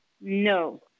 No